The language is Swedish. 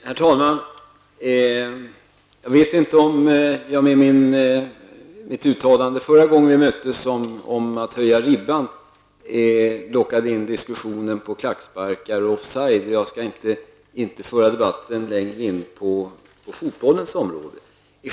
Herr talman! Jag vet inte om jag med mitt uttalande om att höja ribban förra gången som vi diskuterade lockade in diskussionen på klacksparkar och off-side. Men jag skall inte föra debatten längre in på fotbollens område.